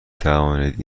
توانید